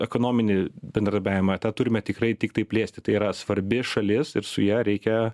ekonominį bendradarbiavimą tą turime tikrai tiktai plėsti tai yra svarbi šalis ir su ja reikia